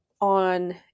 on